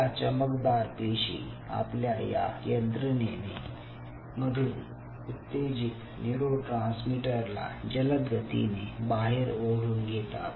या चमकदार पेशी आपल्या या यंत्रणेने मधून उत्तेजित न्यूरोट्रांसमीटरला जलद गतीने बाहेर ओढून घेतात